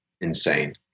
insane